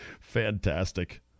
Fantastic